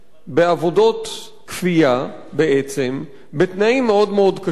בעבודות כפייה, בתנאים מאוד-מאוד קשים.